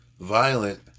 violent